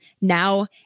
now